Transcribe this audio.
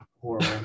horrible